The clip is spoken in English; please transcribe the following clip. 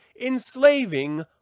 enslaving